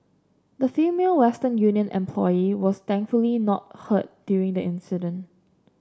the female Western Union employee was thankfully not hurt during the incident